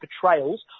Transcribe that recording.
portrayals